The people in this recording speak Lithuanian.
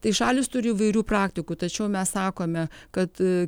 tai šalys turi įvairių praktikų tačiau mes sakome kad